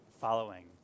Following